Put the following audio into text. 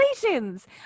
Congratulations